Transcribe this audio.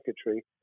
secretary